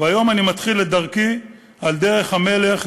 והיום אני מתחיל את דרכי על דרך המלך,